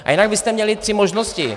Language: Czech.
A jinak vy jste měli tři možnosti.